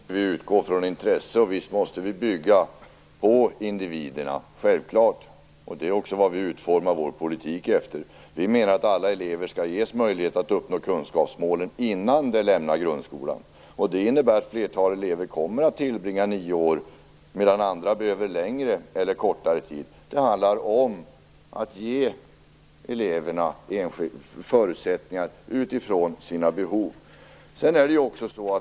Herr talman! Visst måste vi utgå från intresse, och visst måste vi bygga på individerna. Det är självklart. Det är också vad vi utformar vår politik efter. Alla elever skall ges möjlighet att uppnå kunskapsmålet innan de lämnar grundskolan. Det innebär att flertalet elever kommer att tillbringa nio år i skolan, medan andra behöver längre eller kortare tid. Det handlar om att ge eleverna förutsättningar utifrån deras behov.